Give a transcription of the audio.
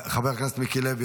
חבר הכנסת מיקי לוי,